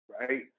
Right